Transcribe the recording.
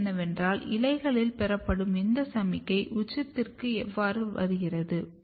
கேள்வி என்னவென்றால் இலைகளில் பெறப்படும் இந்த சமிக்ஞை உச்சத்திற்கு எவ்வாறு வருகிறது